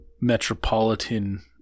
metropolitan